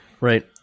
right